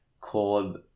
Called